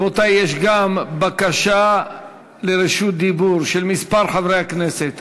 רבותי, יש גם בקשה לרשות דיבור של כמה חברי כנסת.